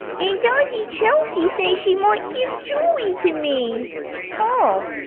and auntie chelsea say she might give julie to me oh!